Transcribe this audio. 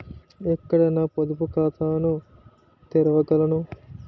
ఎక్కడ నా పొదుపు ఖాతాను తెరవగలను?